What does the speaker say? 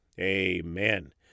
amen